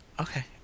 Okay